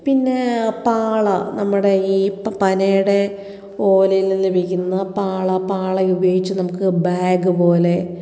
പിന്നെ പാള നമ്മുടെ ഈ പ പനയുടെ ഓലയില് നിന്നും വീഴുന്ന പാള പാള ഉപയോഗിച്ച് നമുക്ക് ബാഗ് പോലെ